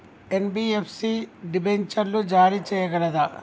NBFC డిబెంచర్లు జారీ చేయగలదా?